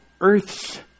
earth's